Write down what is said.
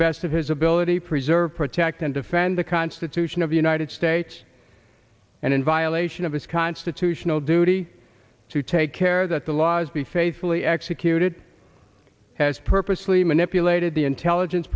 best of his ability preserve protect and defend the constitution of the united states and in violation of his constitutional duty to take care that the laws be faithfully executed has purposely manipulated the intelligence